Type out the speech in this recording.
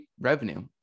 revenue